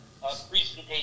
presentation